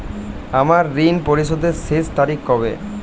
আমার ঋণ পরিশোধের শেষ তারিখ কবে?